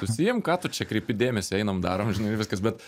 susiimk ką tu čia kreipi dėmesį einam darom žinai ir viskas bet